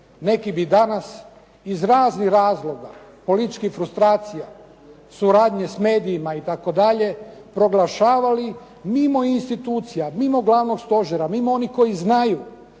neki bi danas iz raznih razloga, političkih frustracija, suradnje s medijima i tako dalje, proglašavali mimo institucija, mimo glavnog stožera, mimo onih koji znaju